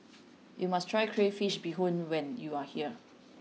you must try Crayfish Beehoon when you are here